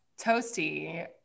Toasty